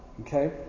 okay